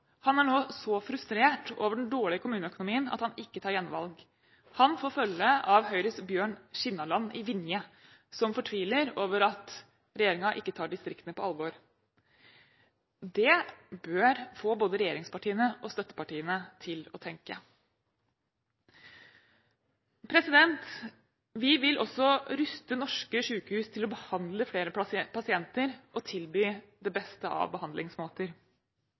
han ikke tar gjenvalg. Han får følge av Høyres Bjørn Skinnarland i Vinje, som fortviler over at regjeringen ikke tar distriktene på alvor. Det bør få både regjeringspartiene og støttepartiene til å tenke. Vi vil også ruste norske sykehus til å behandle flere pasienter og tilby det beste av behandlingsmåter.